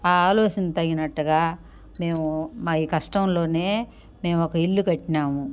ఆలోచన తగినట్టుగా మేము మా ఈ కష్టంలోనే మేమొక ఇల్లు కట్టినాము